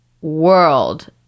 world